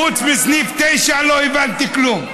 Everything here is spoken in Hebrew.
חוץ מסעיף 9 לא הבנתי כלום.